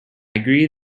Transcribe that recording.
agree